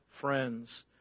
friends